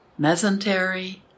mesentery